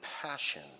passion